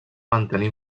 mantenir